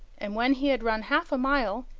and when he had run half a mile,